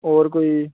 और कोई''ह्